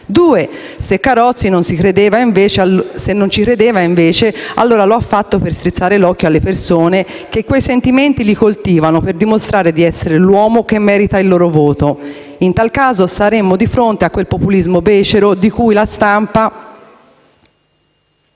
se Carozzi non ci credeva, allora ha agito per strizzare l'occhio alle persone che coltivano quei sentimenti per dimostrare di essere l'uomo che merita il loro voto. In tal caso, saremmo di fronte a quel populismo becero di cui la stampa